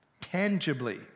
tangibly